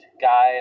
guy